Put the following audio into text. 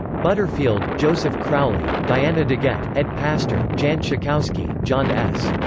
butterfield, joseph crowley, diana degette, ed pastor, jan schakowsky, john s.